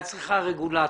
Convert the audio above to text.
את צריכה רגולטור.